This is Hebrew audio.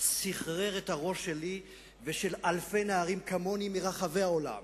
סחרר את הראש שלי ושל אלפי נערים כמוני ברחבי העולם.